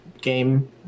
game